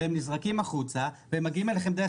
הם נזרקים החוצה ואז הם מגיעים אליכם דרך